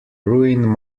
ruin